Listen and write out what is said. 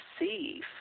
receive